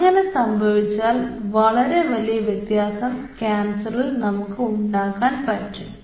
അങ്ങനെ സംഭവിച്ചാൽ വളരെ വലിയ വ്യത്യാസം കാൻസറിൽ നമുക്ക് ഉണ്ടാക്കാൻ പറ്റും